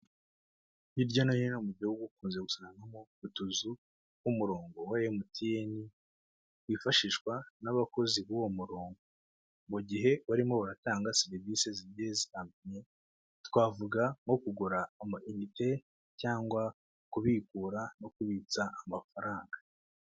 Hirya no hino mu gihugu ukunze gusanga utuzu tw'umurongo wa emutiyeni wifashishwa n'abakozi b'uwo murongo mu gihe barimo baratanga serivisi zigiye zitandukanye twavuga nko kugura amayinite cyangwa kubikura no kubitsa amafaranga.